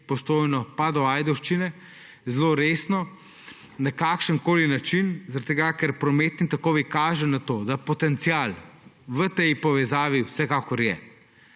Postojno pa do Ajdovščine zelo resno, na kakršenkoli način, zaradi tega, ker prometni tokovi kažejo na to, da potencial v tej povezavi vsekakor je.